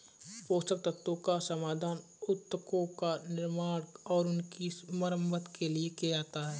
पोषक तत्वों का समाधान उत्तकों का निर्माण और उनकी मरम्मत के लिए किया जाता है